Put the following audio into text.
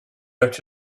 left